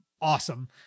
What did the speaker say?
awesome